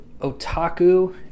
Otaku